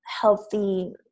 healthy